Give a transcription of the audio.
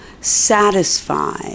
satisfy